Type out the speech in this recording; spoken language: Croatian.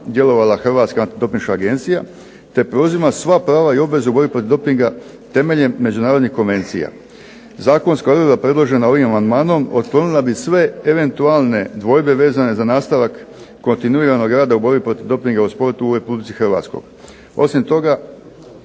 Hrvatska antidopinška agencija, te preuzima sva prava i obveze protiv dopinga temeljem međunarodnih konvencija. Zakonska odredba predložena ovim amandmanom otklonila bi sve eventualne dvojbe vezane za nastavak kontinuiranog rada u borbi protiv dopinga u sportu u RH. Osim toga